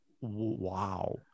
wow